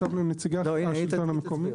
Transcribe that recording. ישבנו עם נציגי השלטון המקומי.